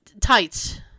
tights